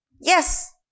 Yes